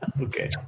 Okay